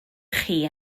chi